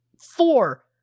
four